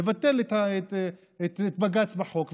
לבטל את בג"ץ בחוק,